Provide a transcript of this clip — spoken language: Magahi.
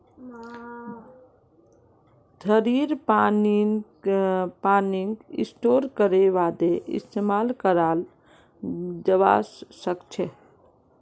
झड़ीर पानीक स्टोर करे बादे इस्तेमाल कराल जबा सखछे